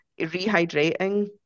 rehydrating